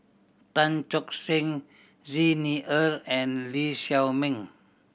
Tan Tock Seng Xi Ni Er and Lee Shao Meng